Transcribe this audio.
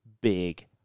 big